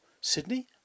Sydney